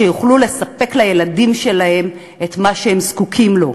שיוכלו לספק לילדים שלהם את מה שהם זקוקים לו.